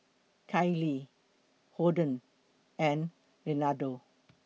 Kailee Holden and Leonardo